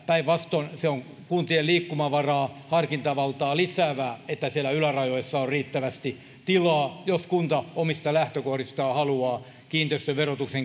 päinvastoin se on kuntien liikkumavaraa ja harkintavaltaa lisäävää että siellä ylärajoissa on riittävästi tilaa jos kunta omista lähtökohdistaan haluaa kiinteistöverotuksenkin